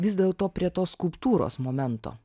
vis dėlto prie to skulptūros momento